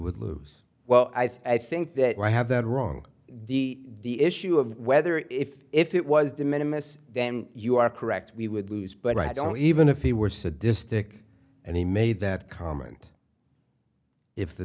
would lose well i think that i have that wrong the issue of whether if if it was de minimus then you are correct we would lose but i don't even if he were sadistic and he made that comment if the